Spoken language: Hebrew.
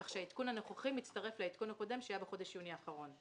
כך שהעדכון הנוכחי מצטרף לעדכון הקודם שהיה בחודש יוני האחרון.